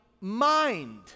mind